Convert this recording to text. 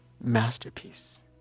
masterpiece